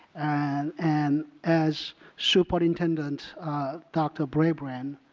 and and as superintendent dr. brabrand